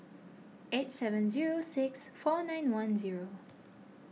eight seven zero six four nine one zero